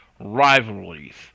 rivalries